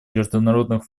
международных